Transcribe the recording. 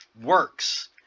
works